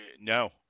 No